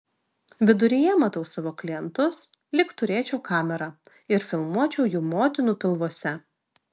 viduryje matau savo klientus lyg turėčiau kamerą ir filmuočiau jų motinų pilvuose